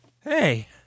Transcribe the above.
Hey